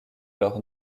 leur